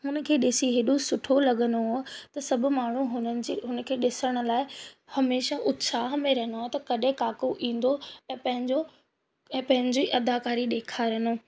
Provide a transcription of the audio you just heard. हुन खे ॾिसी हेॾो सुठो लगंदो हो त सभु माण्हू हुननि जे हुन खे ॾिसण लाइ हमेशह उत्साह में रहंदो आहे त कॾहिं काको ईंदो ऐं पंहिंजो ऐं पंहिंजी अदाकारी ॾेखारींदो